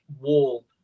wall